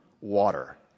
water